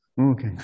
Okay